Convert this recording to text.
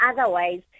Otherwise